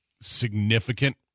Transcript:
significant